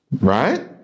Right